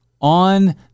On